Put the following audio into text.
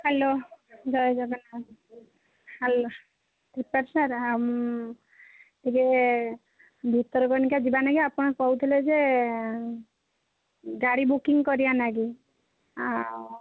hello ଜୟ Jagannath hello Tripathi sir ଆଉ ଟିକେ ଭିତରକନିକା ଯିବାଲାଗି ଆପଣ କହୁଥିଲେ ଯେ ଗାଡ଼ି ବୁକିଙ୍ଗ୍ କରିବା ଲାଗି ଆଉ